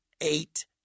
eight